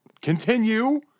Continue